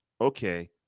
okay